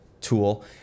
tool